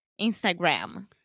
Instagram